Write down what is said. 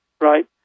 Right